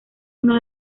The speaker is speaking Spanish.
uno